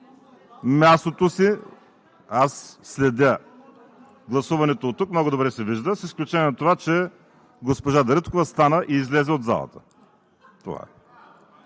мястото си – аз следя гласуването, оттук много добре се вижда, с изключение на това, че госпожа Дариткова стана и излезе от залата. Това е.